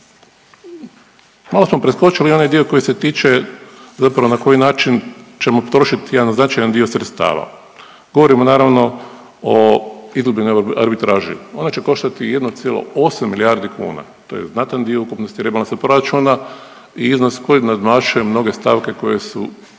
Malo smo preskočili onaj dio koji se tiče zapravo na koji način ćemo potrošit jedan značajan dio sredstava, govorimo naravno o izgubljenoj arbitraži, ona će koštati 1,8 milijardi kuna, to je znatan dio ukupnosti rebalansa proračuna i iznos koji nadmašuje mnoge stavke koje su predviđene